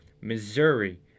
Missouri